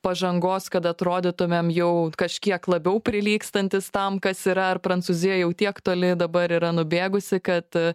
pažangos kad atrodytumėm jau kažkiek labiau prilygstantys tam kas yra ar prancūzija jau tiek toli dabar yra nubėgusi kad